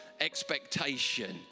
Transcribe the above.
expectation